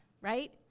right